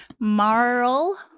Marl